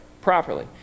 properly